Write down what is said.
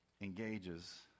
engages